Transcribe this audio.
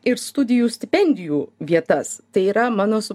ir studijų stipendijų vietas tai yra mano